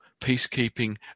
peacekeeping